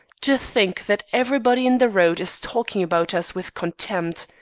to think that everybody in the road is talking about us with contempt!